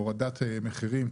הורדת מחירים,